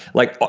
like, ah